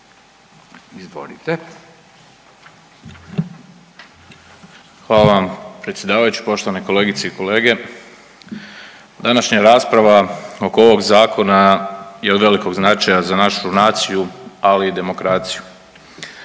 suverenisti)** Hvala vam predsjedavajući, poštovane kolegice i kolege. Današnja rasprava oko ovog zakona je od velikog značaja za našu naciju ali i demokraciju.